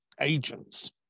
agents